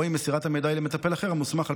או אם מסירת המידע היא למטפל אחר המוסמך על